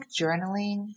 journaling